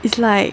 it's like